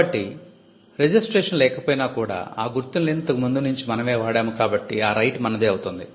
కాబట్టి రిజిస్ట్రేషన్ లేకపోయినా కూడా ఆ గుర్తుల్ని ఇంతకు ముందు నుంచి మనమే వాడాము కాబట్టి ఆ రైట్ మనదే అవుతుంది